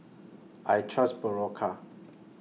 I Trust Berocca